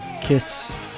Kiss